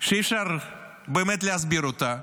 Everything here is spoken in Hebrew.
שאי-אפשר באמת להסביר אותה,